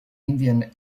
indian